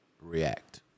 React